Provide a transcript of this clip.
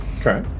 okay